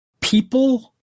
people